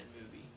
movie